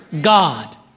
God